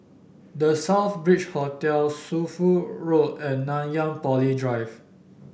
The Southbridge Hotel Shunfu Road and Nanyang Poly Drive